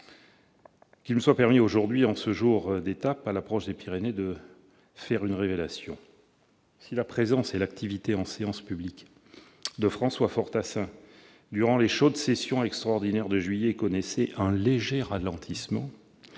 Qu'il me soit permis aujourd'hui, en ce jour d'étape, à l'approche des Pyrénées, de faire une révélation : si la présence et l'activité en séance publique de François Fortassin durant les chaudes sessions extraordinaires de juillet connaissaient un léger ralentissement,